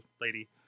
lady